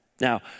Now